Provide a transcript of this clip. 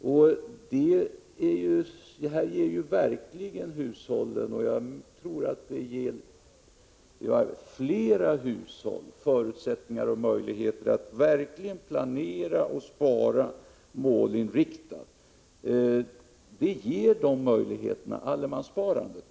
Vi tror att allemanssparandet verkligen ger fler hushåll förutsättningar att planera och spara målinriktat.